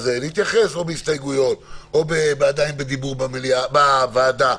נתייחס או בהסתייגויות או עדיין בדיון בוועדה.